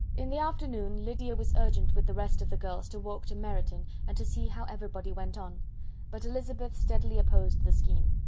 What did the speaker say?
in the afternoon lydia was urgent with the rest of the girls to walk to meryton, and to see how everybody went on but elizabeth steadily opposed the scheme.